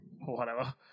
whatever